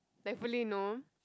thankfully no